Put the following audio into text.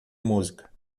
música